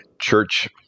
church